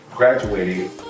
Graduating